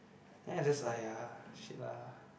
then I just !aiya! shit lah